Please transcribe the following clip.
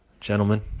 gentlemen